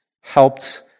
helped